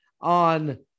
on